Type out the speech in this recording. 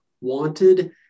wanted